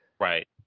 Right